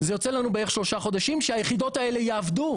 זה יוצא לנו בערך שלושה חודשים שהיחידות האלה יעבדו